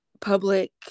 public